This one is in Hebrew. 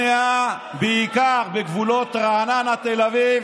בעיקר בגבולות רעננה ותל אביב.